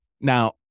Now